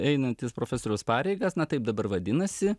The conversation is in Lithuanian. einantis profesoriaus pareigas na taip dabar vadinasi